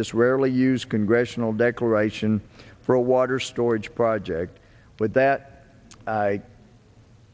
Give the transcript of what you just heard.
this rarely used congressional declaration for a water storage project but that